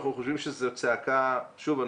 אנחנו חושבים שזו צעקה שוב,